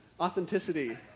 authenticity